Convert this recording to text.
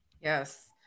yes